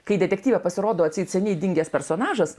kai detektyve pasirodo atseit seniai dingęs personažas